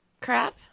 crap